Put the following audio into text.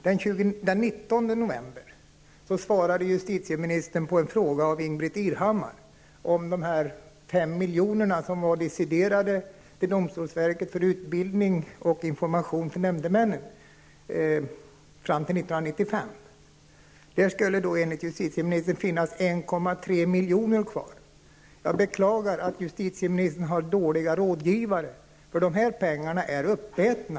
Den 19 november svarade justitieministern på en fråga av Ingbritt Irhammar om de 5 milj.kr. som var destinerade till domstolsverket för utbildning och information till nämndemännen fram till år 1995. Enligt justitieministern skulle 1,3 milj.kr. finnas kvar. Jag beklagar att justitieministern har dåliga rådgivare. Det förhåller sig nämligen så att dessa pengar redan är uppätna.